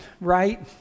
right